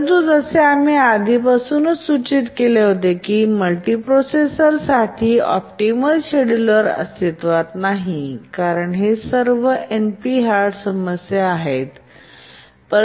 परंतु जसे आम्ही आधीच सूचित केले होते की मल्टी प्रोसेसर साठी ऑप्टिमल शेड्यूलर अस्तित्त्वात नाहीत कारण हे सर्व एनपी हार्ड समस्या आहेत